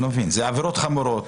אלה עבירות חמורות,